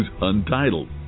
untitled